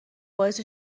باعث